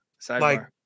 sidebar